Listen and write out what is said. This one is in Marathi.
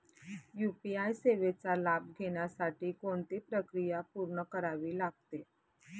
यू.पी.आय सेवेचा लाभ घेण्यासाठी कोणती प्रक्रिया पूर्ण करावी लागते?